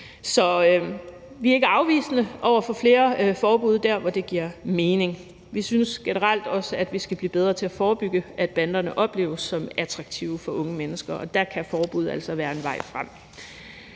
Så vi er ikke afvisende over for flere forbud der, hvor det giver mening. Vi synes generelt også, at vi skal blive bedre til at forebygge, at banderne opleves som attraktive for unge mennesker, og der kan forbud altså være en vej frem.